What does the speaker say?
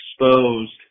exposed